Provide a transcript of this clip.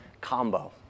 combo